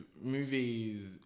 movies